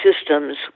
systems